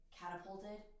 catapulted